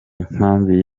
inkambi